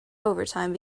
overtime